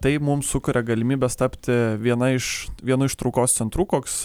tai mums sukuria galimybes tapti viena iš vienu iš traukos centrų koks